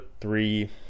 three